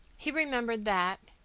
he remembered that,